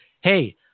hey